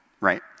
right